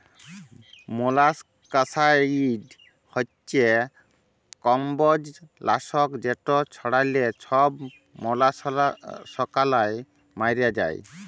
molluscicide হছে কমবজ লাসক যেট ছড়াল্যে ছব মলাসকালা ম্যইরে যায়